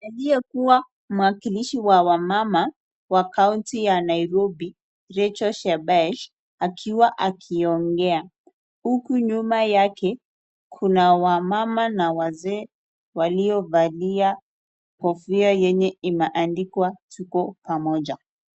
Aliyekuwa mwakilishi wa wamama wa kaunti ya Nairobi, Rachel Shebesh, akiwa akiongea, huku nyuma yake kuna wamama na wazee waliovalia kofia yenye imeandikwa "tuko pamoja".